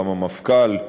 גם המפכ"ל,